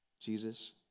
Jesus